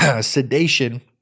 sedation